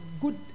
good